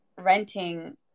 renting